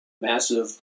massive